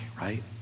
right